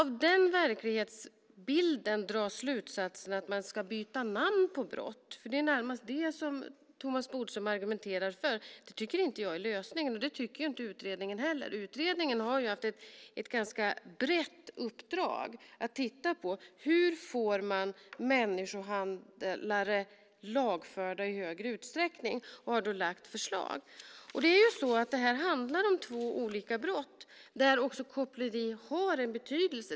Av den verklighetsbilden drar Thomas Bodström slutsatsen att man ska byta namn på brott - det är ju närmast detta han argumenterar för. Det tycker jag inte är någon lösning, och det tycker inte utredningen heller. Utredningen har haft ett ganska brett uppdrag att titta på hur man i högre utsträckning ska kunna få människohandlare lagförda och har lagt fram förslag utifrån det. Det här handlar om två olika brott där också koppleri har en betydelse.